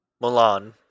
Milan